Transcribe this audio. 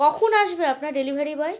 কখন আসবে আপনার ডেলিভারি বয়